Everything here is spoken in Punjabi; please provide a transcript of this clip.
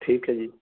ਠੀਕ ਹੈ ਜੀ